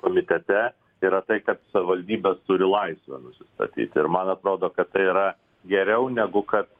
komitete yra tai kad savivaldybės turi laisvę nusistatyti ir man atrodo kad tai yra geriau negu kad